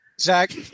Zach